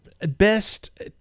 Best